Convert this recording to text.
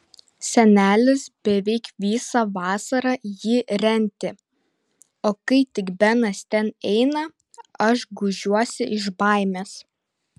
senelis beveik visą vasarą jį rentė o kai tik benas ten eina aš gūžiuosi iš baimės